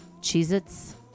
Cheez-Its